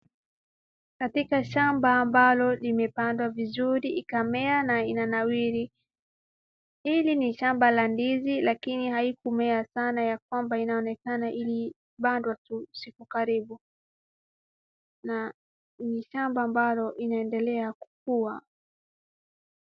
Katika shamba ambalo limepandwa vizuri, ikamea na inanawili. Hili ni shamba la ndizi lakini haikumea sana ya kwamba inaonekana ilipandwa tu siku karibu. Na ni shamba ambalo inaendelea kukua.